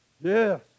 Yes